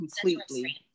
completely